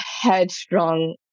headstrong